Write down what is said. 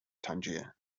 tangier